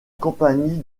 compagnie